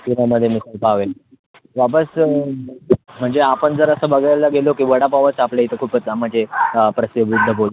पुण्यामध्ये मिसळपाव आहे वापस म्हणजे आपण जर असं बघायला गेलो की वडापावच आपल्या इथं खूपच म्हणजे प्रसिबुद्ध बोलतोय